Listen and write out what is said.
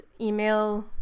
email